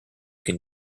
can